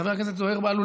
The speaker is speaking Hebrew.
חבר הכנסת זוהיר בהלול,